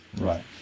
Right